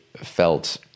felt